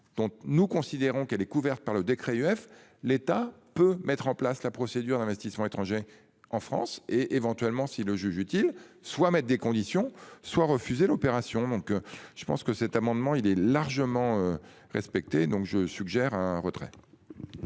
Donc nous considérons qu'elle est couverte par le décret AUF l'État peut mettre en place la procédure d'investissements étrangers en France et éventuellement s'il le juge utile soit mettent des conditions soit refusé l'opération donc je pense que cet amendement il est largement respecté donc je suggère un retrait.